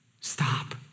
Stop